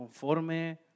conforme